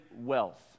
wealth